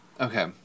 Okay